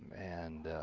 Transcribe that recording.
and,